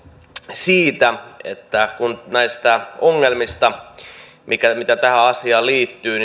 siitä että näistä ongelmista mitä tähän asiaan liittyy